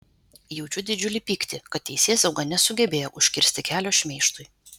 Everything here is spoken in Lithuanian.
jaučiu didžiulį pyktį kad teisėsauga nesugebėjo užkirsti kelio šmeižtui